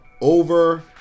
over